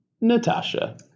Natasha